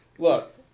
Look